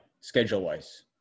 schedule-wise